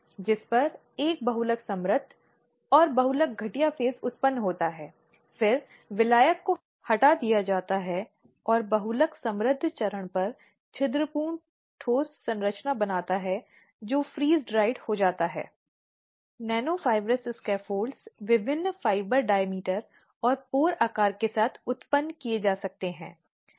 इसलिए यह शिकायत समिति की जिम्मेदारी होगी कि वह सुनिश्चित करे कि इस तरह के अंतरिम उपाय उसे दिए जाएं और यहां तक कि अगर किसी विशेष मामले में ऐसा कोई लिखित अनुरोध नहीं है अगर शिकायत समिति को लगता है कि कुछ खतरे हैं तो वहाँ पर ज़बरदस्ती या दबाव या धमकी आदि की स्थिति है इसलिए शिकायत समिति को स्वयं ही आवश्यक सुधारात्मक उपाय करने चाहिए